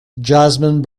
jasmine